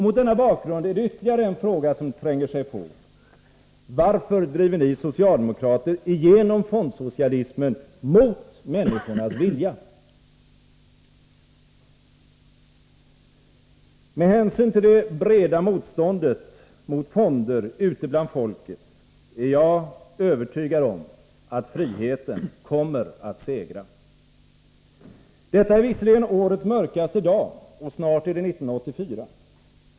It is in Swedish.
Mot denna bakgrund är det ytterligare en fråga som tränger sig på: Varför driver ni socialdemokrater igenom fondsocialismen mot människornas vilja? Med hänsyn till det breda motståndet mot fonder ute bland folket är jag övertygad om att friheten kommer att segra. Detta är visserligen årets mörkaste dag, och snart är det 1984.